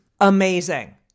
amazing